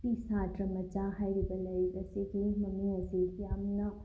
ꯁꯤ ꯁꯥꯇ꯭ꯔ ꯃꯆꯥ ꯍꯥꯏꯔꯤꯕ ꯂꯥꯏꯔꯤꯛ ꯑꯁꯤ ꯌꯥꯝꯅ